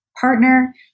partner